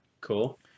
Cool